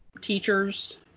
teachers